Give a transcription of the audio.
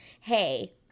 hey